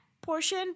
portion